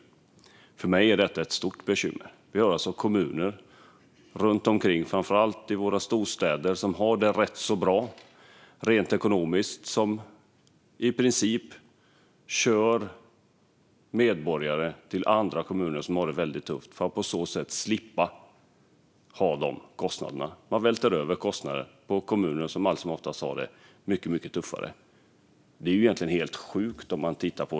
Men för mig är det ett stort bekymmer. Det finns kommuner, framför allt i storstäderna, som har det rätt bra rent ekonomiskt men som i princip kör medborgare till andra kommuner som har det väldigt tufft för att på så sätt slippa ta de kostnaderna. Man välter över dem på kommuner som allt som oftast har det mycket tuffare. Det är ju helt sjukt!